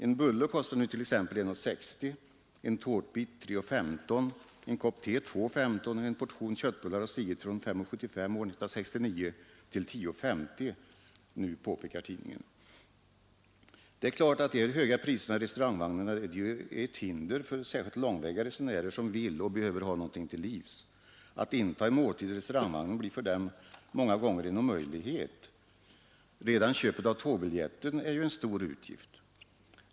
En bulle kostar nu 1:60, en tårtbit 3:15, en kopp te 2:15, och en portion köttbullar har stigit från 5:75 år 1969 till 10:50, påpekar tidningen. Det är klart att de höga priserna i restaurangvagnarna är ett hinder för särskilt långväga resenärer som vill och behöver ha någonting till livs. Att intaga en måltid i restaurangvagnen blir för dem många gånger en omöjlighet. Redan köpet av tågbiljetten innebär ju en stor utgift.